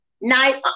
night